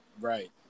Right